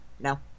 no